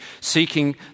seeking